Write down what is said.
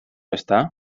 ezta